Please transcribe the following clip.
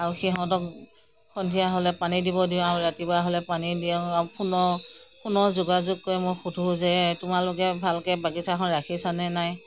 আৰু সিহঁতক সন্ধিয়া হ'লে পানী দিব দিওঁ আৰু ৰাতিপুৱা হ'লে পানী দিয়াওঁ আৰু ফোনৰ ফোনৰ যোগাযোগ কৰি মই সোধোঁ যে তোমালোকে ভালকৈ বাগিচাখন ৰাখিছা নে নাই